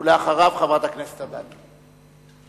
ואחריו, חברת הכנסת אדטו.